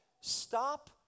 stop